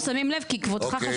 אנחנו שמים לב, כי כבודך חשוב לנו.